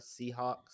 Seahawks